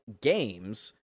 games